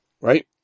right